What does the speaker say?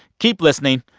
keep listening.